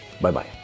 Bye-bye